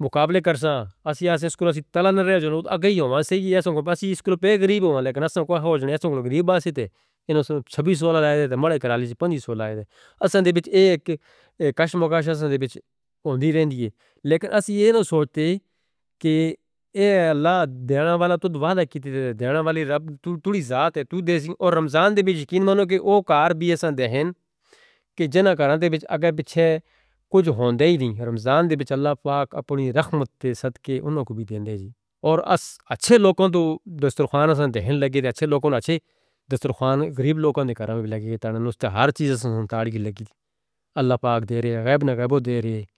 مقابلے کرسان، ہم نے سکول سے تلن نہ رہتے، آگئی ہوں، صحیح ہے، ہم نے کہا بس سکول پہ غریب ہوں، لیکن ہم نے کہا ہو جائیں، ہم نے کہا غریب بات سے، انہوں نے کہا چھبیس سولہ لائیں تھے، ملے کرالے جی پچیس سولہ لائیں تھے، اسندے وچ ایک کشم کش اسندے وچ ہوندی رہندی ہے، لیکن اس ہی یہ نہ سوچتے کہ یہ اللہ دینے والا تو دعا دا کیتے تھے، دینے والی رب، توڑی ذات ہے، تو دے سی، اور رمضان دے وچ یقین مانو کہ وہ کار بھی اسندے ہیں، کہ جنہاں کاران دے وچ اگر بچہ کچھ ہوندے ہی نہیں، رمضان دے وچ اللہ پاک اپنی رحمت تے صدقے انہاں کو بھی دے دے جی، اور اس اچھے لوگوں تو دسترخوان اسندے ہیں لگے دے، اچھے لوگوں نے اچھے دسترخوان غریب لوگوں نے کران میں بھی لگے دے، انہاں نے ہر چیز اسندے تارگی لگے دے، اللہ پاک دے رہے، غیب نہ غیبہ دے رہے.